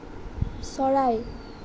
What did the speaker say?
চৰাই